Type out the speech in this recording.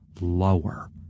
lower